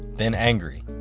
then angry.